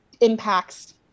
impacts